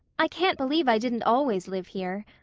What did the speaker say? i can't believe i didn't always live here.